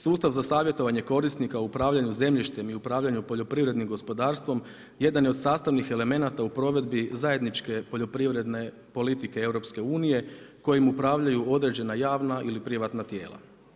Sustav za savjetovanje korisnika u upravljanju zemljištem i upravljanju poljoprivrednim gospodarstvom jedan je od sastavnih elemenata u provedbi zajedničke poljoprivredne politike EU kojim upravljaju određena javna ili privatna tijela.